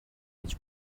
гэж